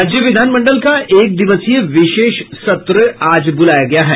राज्य विधानमंडल का एक दिवसीय विशेष सत्र आज ब्रलाया गया है